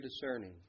discerning